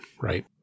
right